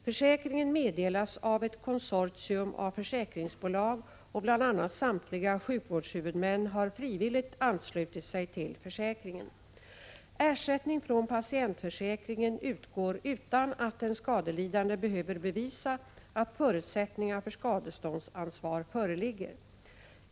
Försäkringen meddelas av ett konsortium av försäkringsbolag, och bl.a. samtliga sjukvårdshuvudmän har frivilligt anslutit sig till försäkringen. Ersättning från patientförsäkringen utgår utan att den skadelidande behöver bevisa att förutsättningar för skadeståndsansvar föreligger.